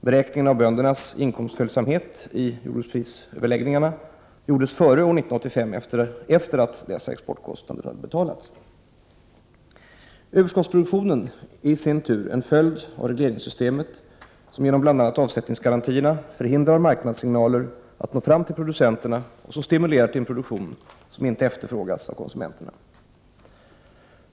Beräkningen av böndernas inkomstföljsamhet i jordbruksprisöverläggningarna gjordes före år 1985 efter att dessa exportkostnader betalats. Överskottsproduktionen är i sin tur en följd av regleringssystemet, som genom bl.a. avsättningsgarantierna förhindrar marknadssignaler att nå ftam Prot. 1988/89:89 till producenterna och som stimulerar till en produktion som inte efterfrågas 4 april 1989 av konsumenterna.